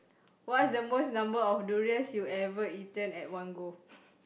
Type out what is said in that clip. what's the most number of durians you ever eaten at one go